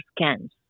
scans